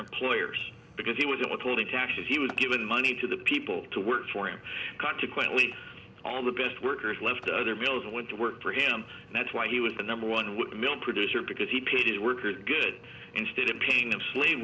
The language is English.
employers because he was in withholding taxes he was given money to the people to work for him consequently all the best workers left their bills and went to work for him and that's why he was the number one with milk producer because he paid his workers good instead of paying them slave